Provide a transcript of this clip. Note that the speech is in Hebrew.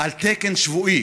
על תקן שבועי.